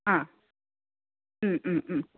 ആ